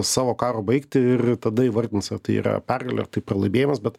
savo karo baigtį ir tada įvardins ar tai yra pergalė ar tai pralaimėjimas bet